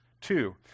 two